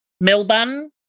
Melbourne